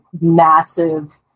massive